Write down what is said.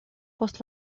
post